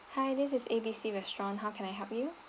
hi this is A B C restaurant how can I help you